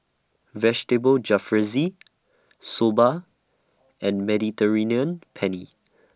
Vegetable Jalfrezi Soba and Mediterranean Penne